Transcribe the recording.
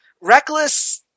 Reckless